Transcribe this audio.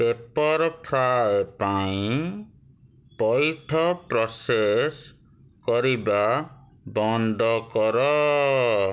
paper fry ପାଇଁ ପଇଠ process କରିବା ବନ୍ଦ କର